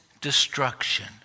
destruction